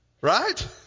Right